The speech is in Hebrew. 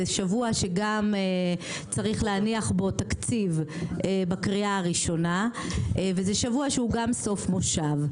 שבוע שגם צריך להניח בו תקציב בקריאה הראשונה וזה שבוע שהוא גם סוף מושב.